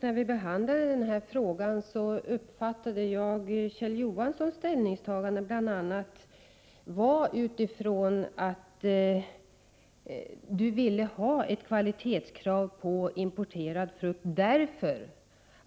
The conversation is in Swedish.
När vi behandlade den här frågan i skatteutskottet uppfattade jag Kjell Johanssons ställningstagande så, att han bl.a. ville ha kvalitetskrav på importerad frukt.